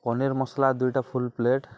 ପନିର୍ ମସ୍ଲା ଦୁଇଟା full plate